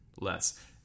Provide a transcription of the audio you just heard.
less